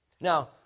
Now